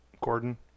Gordon